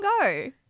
go